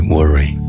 Worry